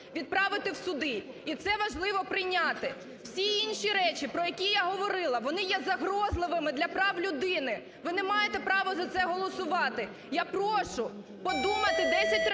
відправити у суди. І це важливо прийняти. Всі інші речі, про які я говорила, вони є загрозливими для прав людини. Ви не маєте права за це голосувати. Я прошу подумати 10 разів